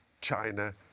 China